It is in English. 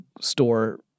store